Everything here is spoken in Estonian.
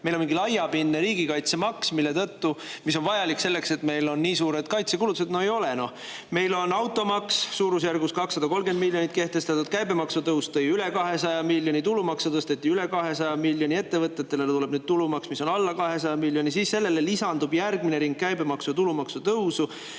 meil on mingi laiapindne riigikaitsemaks, mis on vajalik selleks, et meil on nii suured kaitsekulutused. No ei ole, noh. Meil on kehtestatud automaks suurusjärgus 230 miljonit eurot, käibemaksu tõus tõi üle 200 miljoni euro, tulumaksu tõsteti üle 200 miljoni euro, ettevõtetele tuleb nüüd tulumaks, mis on alla 200 miljoni euro, siis sellele lisandub järgmine ring käibemaksu-tulumaksu tõusu.